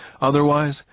Otherwise